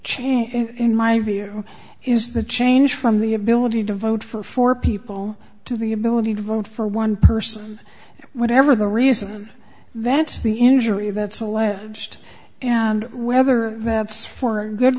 change in my view is the change from the ability to vote for for people to the ability to vote for one person whatever the reason that's the injury that's allowed just and whether that's for a good